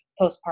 postpartum